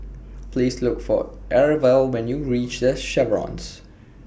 Please Look For Arvel when YOU REACH The Chevrons